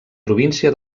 província